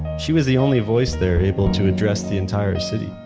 she was the only voice there able to address the entire city,